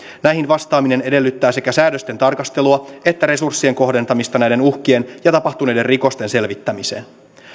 näihin vastaaminen edellyttää sekä säädösten tarkastelua että resurssien kohdentamista näiden uhkien ja tapahtuneiden rikosten selvittämiseen